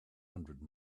hundred